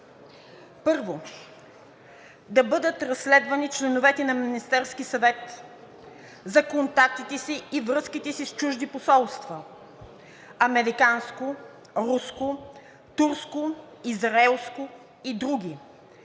1. Да бъдат разследвани членовете на Министерския съвет за контактите си и връзките си с чужди посолства – американско, руско, турско, израелско и други,